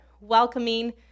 welcoming